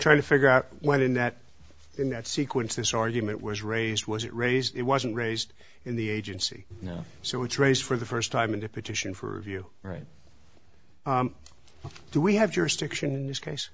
trying to figure out when in that in that sequence this argument was raised was it raised it wasn't raised in the agency so it's raised for the first time in the petition for review right now do we have jurisdiction in this case